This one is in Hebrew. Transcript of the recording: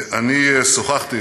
אני שוחחתי